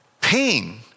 pain